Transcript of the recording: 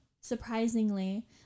Surprisingly